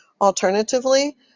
Alternatively